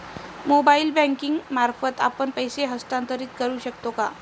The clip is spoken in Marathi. मोबाइल बँकिंग मार्फत आपण पैसे हस्तांतरण करू शकतो का?